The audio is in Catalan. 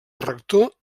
rector